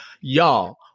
Y'all